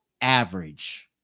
average